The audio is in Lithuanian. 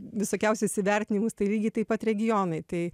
visokiausius įvertinimus tai lygiai taip pat regionai tai